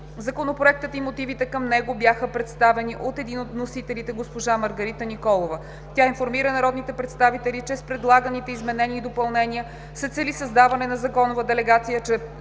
Законопроектът и мотивите към него бяха представени от един от вносителите госпожа Маргарита Николова. Тя информира народните представители, че с предлаганите изменения и допълнения се цели създаване на законова делегация чрез